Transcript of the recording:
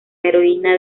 heroína